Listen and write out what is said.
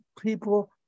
people